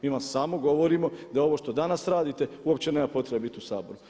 Mi vam samo govorimo da ovo što danas radite uopće nema potrebe biti u Saboru.